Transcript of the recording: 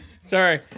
Sorry